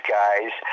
guys